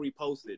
reposted